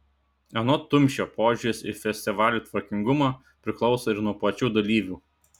anot tumšio požiūris į festivalių tvarkingumą priklauso ir nuo pačių dalyvių